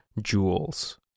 jewels